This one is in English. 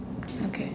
okay